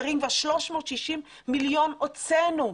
הוצאנו כבר 360 מיליון שקלים.